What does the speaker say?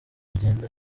bigenda